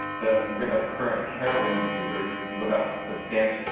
the rate of current heroin users goes up substantially.